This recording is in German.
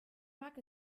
mag